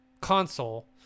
console